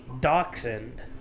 dachshund